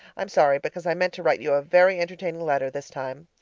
i'm sorry because i meant to write you a very entertaining letter this time.